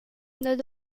not